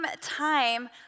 time